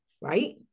right